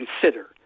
consider